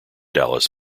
dallas